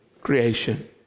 Creation